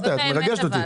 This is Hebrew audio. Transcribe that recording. את מרגשת אותי.